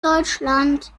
deutschland